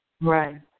right